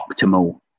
optimal